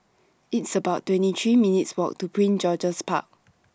It's about twenty three minutes' Walk to Prince George's Park